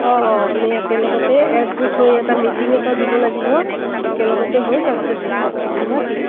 অঁ অঁ আমি একেলগতে একগোট হৈ এটা মিটিং এটা দিব লাগিব একেলগতে হৈ তাৰপিছত ডিছকাছ কৰিম ন কি